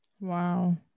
wow